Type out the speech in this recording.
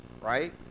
Right